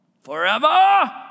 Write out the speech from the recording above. forever